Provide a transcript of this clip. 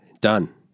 Done